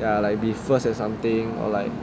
ya like be first or something or like